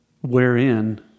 wherein